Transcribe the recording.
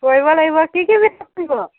কৰিব লাগিব কি কি পিঠা পুৰিব